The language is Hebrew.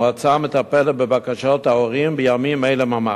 המועצה מטפלת בבקשות ההורים בימים אלה ממש.